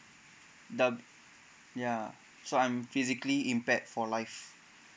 the ya so I'm physically impaired for life